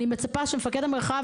אני מצפה שמפקד המרחב,